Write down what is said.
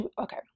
Okay